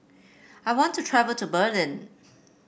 I want to travel to Berlin